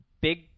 big